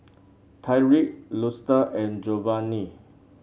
Tyrik Luster and Jovanny